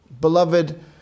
Beloved